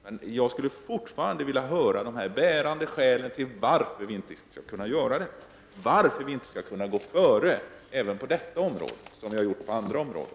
Fortfarande skulle jag vilja höra vilka de bärande skälen är till varför vi inte skulle kunna göra detta. Varför skulle vi inte kunna gå före även på detta område, såsom vi har gjort på andra områden?